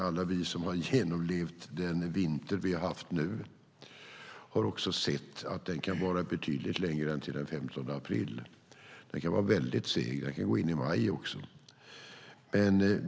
Alla vi som har genomlevt den här vintern vet att vintern kan vara betydligt längre än till den 15 april. Den kan vara väldigt seg; den kan gå in i maj.